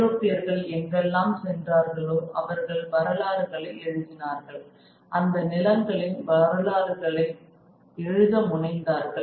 ஐரோப்பியர்கள் எங்கெல்லாம் சென்றார்களோ அவர்கள் வரலாறுகளை எழுதினார்கள் அந்த நிலங்களின் வரலாறுகளை எழுத முனைந்தார்கள்